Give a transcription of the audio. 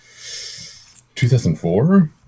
2004